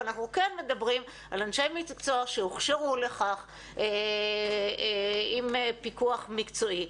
אבל אנחנו כן מדברים על אנשי מקצוע שהוכשרו לכך עם פיקוח מקצועי.